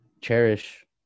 cherish